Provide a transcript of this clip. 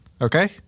Okay